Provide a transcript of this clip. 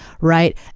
right